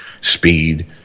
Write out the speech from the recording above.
speed